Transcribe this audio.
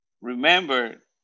remember